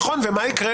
נכון.